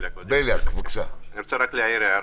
אני רוצה להעיר הערה.